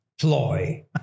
ploy